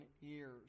years